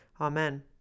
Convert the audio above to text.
Amen